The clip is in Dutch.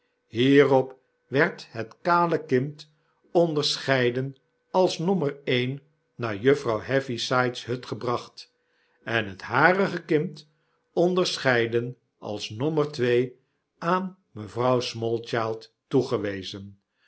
hierop werd het kale kind onderscheiden als nommer een naar juffrouw heavysides hut gebracht en het harige kind onderscheiden als nommer twee aan mevrouw smallchild toegewezen